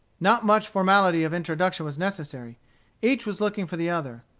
not much formality of introduction was necessary each was looking for the other.